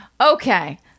Okay